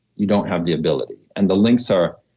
you don't have the ability and the links are,